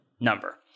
number